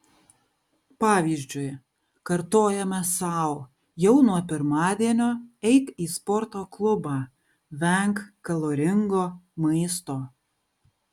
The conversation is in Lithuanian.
pavyzdžiui kartojame sau jau nuo pirmadienio eik į sporto klubą venk kaloringo maisto